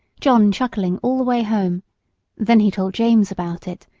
john chuckling all the way home then he told james about it,